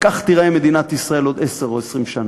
כך תיראה מדינת ישראל עוד עשר או 20 שנה.